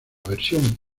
versión